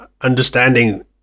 understanding